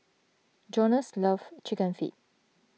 Jonas loves Chicken Feet